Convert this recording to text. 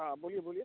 हाँ बोलिए बोलिए